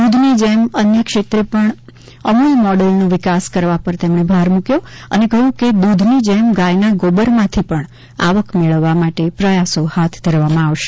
દ્દઘની જેમ અન્ય ક્ષેત્રે પણ અમ્રલ મોડેલનો વિકાસ કરવા ઉપર ભાર મુકતા તેમણે કહ્યું કે દૂધ ની જેમ ગાયના ગોબરમાંથી પણ આવક મેળવવવા માટે પ્રયાસો હાથ ધરવામાં આવશે